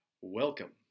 Welcome